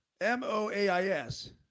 M-O-A-I-S